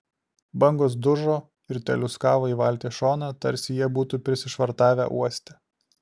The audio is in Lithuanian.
bangos dužo ir teliūskavo į valties šoną tarsi jie būtų prisišvartavę uoste